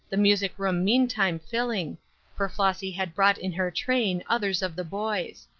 the music room meantime filling for flossy had brought in her train others of the boys.